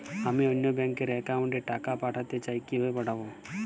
আমি অন্য ব্যাংক র অ্যাকাউন্ট এ টাকা পাঠাতে চাই কিভাবে পাঠাবো?